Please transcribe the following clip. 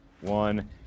one